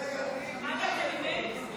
שמעת את זה ממני?